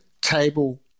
table